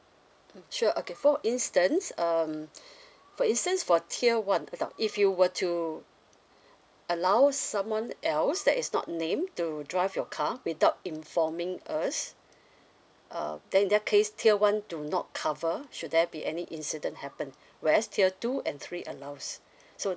mm sure okay for instance um for instance for tier one if you were to allow someone else that is not name to drive your car without informing us uh then in that case tier one do not cover should there be any incident happened where as tier two and three allows so